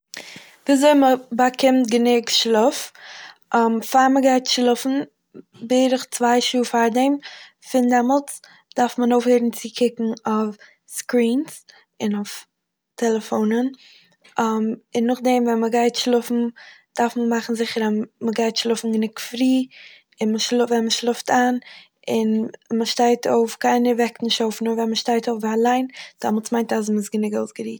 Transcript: וויזוי מ'באקומט גענוג שלאף. פאר מ'גייט שלאפן- בערך צוויי שעה פאר דעם, פון דעמאלטס דארף מען אויפהערן צו קוקען אויף סקרינס און טעלעפונען, און נאכדעם ווען מ'גייט שלאפן דארף מען מאכן זיכער אז מ'גייט שלאפן גענוג פרי און מ'שלא- ווען מ'שלאפט איין, און מ'שטייט אויף- קיינער וועקט נישט אויף נאר ווען מ'שטייט אויף אליין דעמאלטס מיינט אז מ'איז גענוג אויסגעריהט.